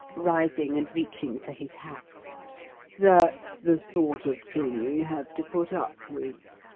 rising and reaching for his hat that's the sort of thing we have to put up with.